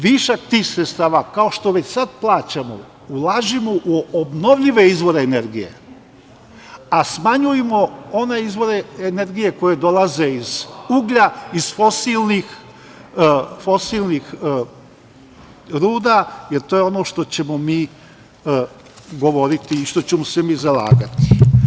Višak tih sredstava, kao što već sad plaćamo, ulažimo u obnovljive izvore energije, a smanjujmo one izvore energije koje dolaze iz uglja, iz fosilnih ruda, jer to je ono što ćemo mi govoriti i što ćemo se mi zalagati.